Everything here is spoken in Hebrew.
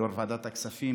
יו"ר ועדת הכספים,